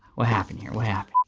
what happened here? what happened?